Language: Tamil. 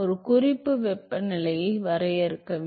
குறிப்பு வெப்பநிலையை வரையறுக்க வேண்டும்